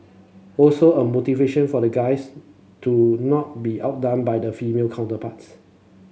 also a motivation for the guys to not be outdone by the failure counterparts